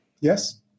Yes